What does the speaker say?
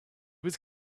was